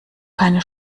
keine